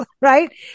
Right